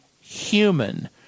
human